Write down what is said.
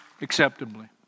acceptably